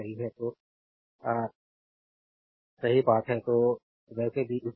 तो यही बात है तो वैसे भी इस सफाई